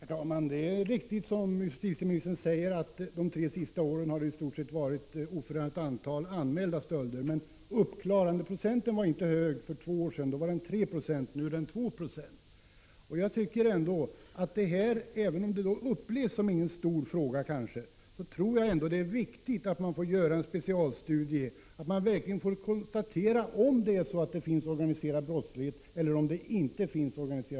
Herr talman! Det är riktigt som justitieministern säger, att antalet anmälda stölder under de tre senaste åren varit oförändrat. Men andelen uppklarade fall var inte mycket högre för två år sedan, då var den 3 96. Nu är den 2 90. Även om den här frågan inte upplevs som så stor, tycker jag att det är viktigt att man gör en specialstudie så att man kan konstatera om det är fråga om organiserad brottslighet eller inte.